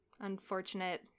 Unfortunate